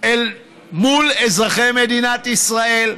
אל מול אזרחי מדינת ישראל.